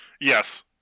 Yes